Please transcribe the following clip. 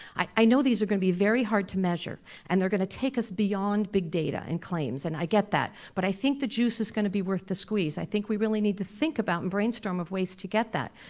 i know these are gonna be very hard to measure, and they're gonna take us beyond big data and claims, and i get that, but i think the juice is gonna be worth the squeeze. i think we really need to think about and brainstorm up ways to get that,